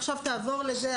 עכשיו תעבור לזה,